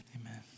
Amen